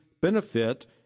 benefit